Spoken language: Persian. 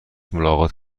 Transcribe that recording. ملاقات